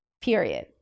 period